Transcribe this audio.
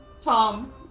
Tom